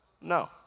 No